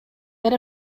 that